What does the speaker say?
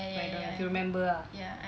but I don't you remember ah